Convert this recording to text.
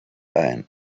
ein